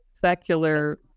secular